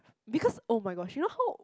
because oh-my-gosh you know how